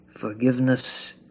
forgiveness